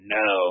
no